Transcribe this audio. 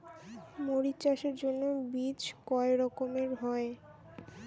মরিচ চাষের জন্য বীজ কয় রকমের হয়?